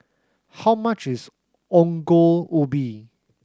how much is Ongol Ubi